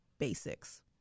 basics